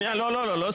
שנייה, לא סיימתי.